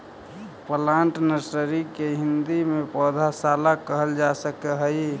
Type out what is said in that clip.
plant nursery के हिंदी में पौधशाला कहल जा सकऽ हइ